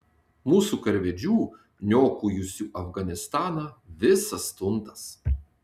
mūsų karvedžių niokojusių afganistaną visas tuntas